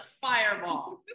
fireball